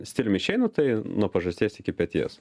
stilium išeina tai nuo pažasties iki peties